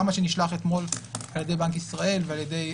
גם מה שנשלח אתמול על ידי בנק ישראל ועל ידי